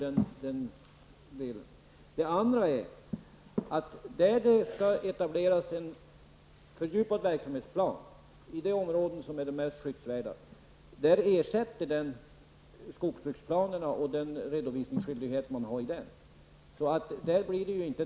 För det andra innebär förslaget att den fördjupade verksamhetsplanen som skall etableras i de mest skyddsvärda områdena ersätter skogsbruksplanerna och den redovisningsskyldighet som hör ihop med dessa.